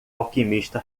alquimista